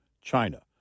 China